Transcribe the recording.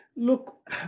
look